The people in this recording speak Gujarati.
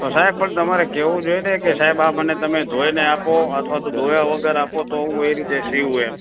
તો સાહેબ પણ તમારે કહેવું જોઈએ ને કે સાહેબ આ મને તમે ધોઈને આપો અથવા તો ધોયા વગર આપો તો હું એ રીતે સિવું એમ